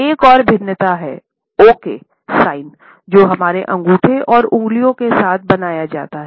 एक और भिन्नता हैं ओके ऐ साइन जो हमारे अंगूठे और उंगलियों के साथ बनाया जाता है